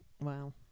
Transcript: Wow